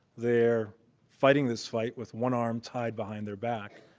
they're fighting this fight with one arm tied behind their back.